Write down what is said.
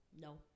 No